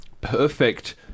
perfect